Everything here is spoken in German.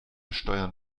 steuern